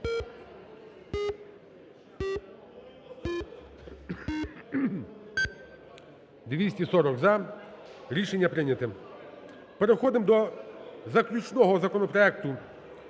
За-240 Рішення прийнято. Переходимо до заключного законопроекту